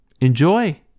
enjoy